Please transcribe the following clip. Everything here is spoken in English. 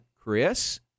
Chris